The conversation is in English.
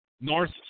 North